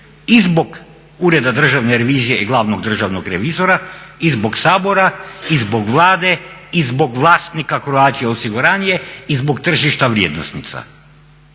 zbog Ureda državne revizije i glavnog državnog revizora i zbog Sabora i zbog Vlade i zbog vlasnika Croatia osiguranje i zbog tržišta vrijednosnica.